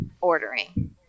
ordering